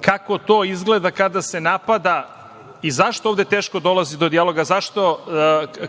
kako to izgleda kada se napada i zašto ovde teško dolazi do dijaloga,